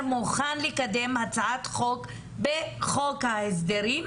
מוכן לקדם הצעת חוק בחוק ההסדרים,